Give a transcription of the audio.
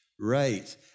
Right